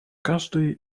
каждое